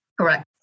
Correct